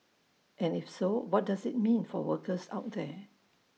and if so what does IT mean for workers out there